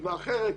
תקבע אחרת,